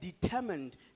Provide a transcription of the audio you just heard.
determined